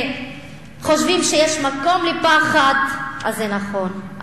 וחושבים שיש מקום לפחד אז זה נכון,